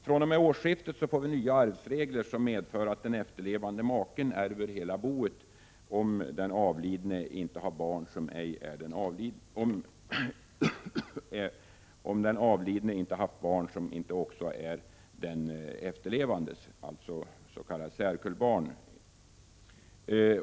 fr.o.m. årsskiftet får vi nya arvsregler, som medför att den efterlevande maken ärver hela boet om ej den avlidne hade barn som ej var den efterlevandes, dvs. s.k. särkullbarn.